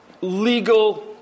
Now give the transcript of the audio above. legal